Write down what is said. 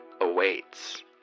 awaits